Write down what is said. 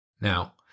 Now